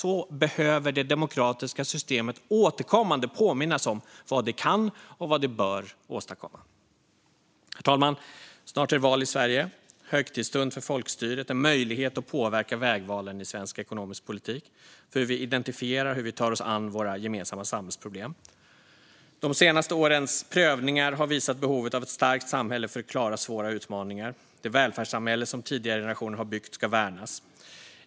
Så behöver det demokratiska systemet återkommande påminnas om vad det kan och vad det bör åstadkomma. Herr talman! Snart är det val i Sverige. Det är en högtidsstund för folkstyret och en möjlighet att påverka vägvalen i svensk ekonomisk politik - hur vi identifierar och hur vi tar oss an våra gemensamma samhällsproblem. De senaste årens prövningar har visat behovet av ett starkt samhälle för att klara svåra utmaningar. Det välfärdssamhälle som tidigare generationer har byggt ska värnas.